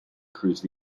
cruise